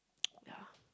ya